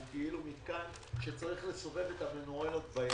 הוא כאילו מתקן שצריך לסובב את המנואלות בידיים.